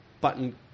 Button